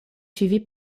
suivi